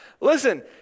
Listen